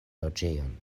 loĝejon